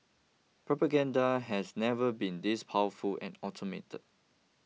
propaganda has never been this powerful and automated